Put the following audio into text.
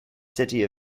city